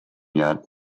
yet